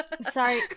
Sorry